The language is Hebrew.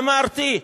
אמרתי: